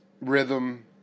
rhythm